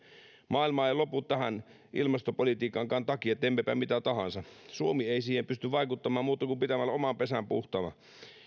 maailma ei lopu tähän ilmastopolitiikankaan takia teemmepä mitä tahansa suomi ei siihen pysty vaikuttamaan muutoin kuin pitämällä oman pesän puhtaana